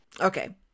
Okay